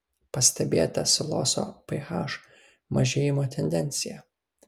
pastebėta siloso ph mažėjimo tendencija